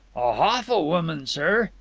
a hawful woman, sir,